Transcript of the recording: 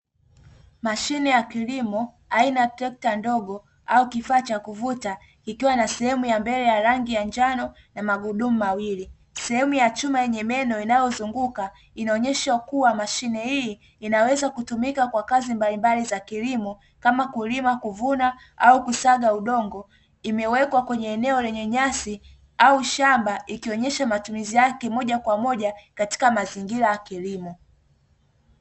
Mashine ya kilimo aina ya trekta ndogo au kifaa cha kuvuta, kikiwa na sehemu ya mbele ya rangi njano na magurudumu mawili. Sehemu ya chuma yenye meno inayozunguka, inaonyesha kuwa mashine hii inaweza kutumika kwa kazi mbalimbali za kilimo, kama: kulima, kuvuna au kusaga udongo. Imewekwa kwenye eneo lenye nyasi au shamba, ikionyesha matumizi yake moja kwa moja katika mazingira ya kilimo.